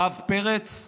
הרב פרץ,